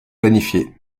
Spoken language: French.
planifiée